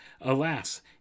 Alas